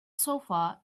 sofa